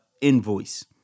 invoice